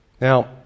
Now